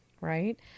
right